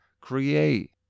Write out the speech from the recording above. Create